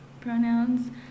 pronouns